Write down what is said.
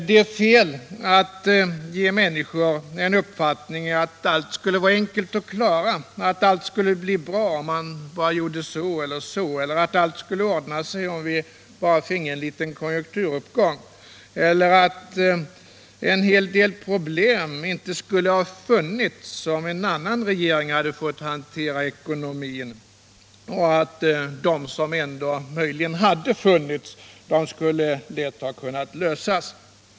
Det är fel att ge människor uppfattningen att allt skulle bli bra om man bara gjorde si eller så, att allt skulle ordna sig om vi bara finge en liten konjunkturuppgång eller att en hel del problem inte skulle ha funnits om en annan regering hade fått hantera ekonomin och att de problem som ändå möjligen hade funnits lätt skulle ha kunnat lösas.